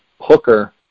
Hooker